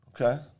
Okay